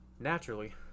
naturally